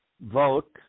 vote